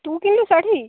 ତୁ କିଣିଲୁ ଶାଢ଼ୀ